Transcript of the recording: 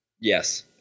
Yes